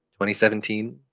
2017